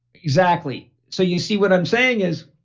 exactly. so you see what i'm saying is,